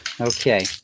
Okay